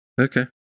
Okay